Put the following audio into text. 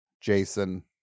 Jason